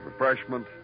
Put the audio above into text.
Refreshment